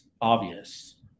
Obvious